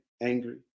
angry